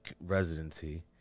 residency